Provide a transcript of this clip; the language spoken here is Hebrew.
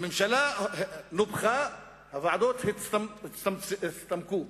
הממשלה נופחה, הוועדות הצטמקו.